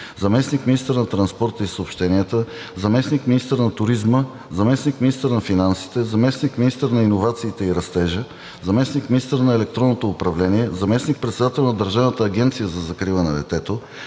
заместник-министър на транспорта и съобщенията, заместник-министър на туризма, заместник-министър на финансите, заместник-министър на иновациите и растежа, заместник-министър на електронното управление, заместник-председател на Държавната агенция за закрила на детето,